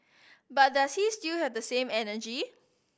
but does he still have the same energy